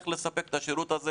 איך לספק את השירות הזה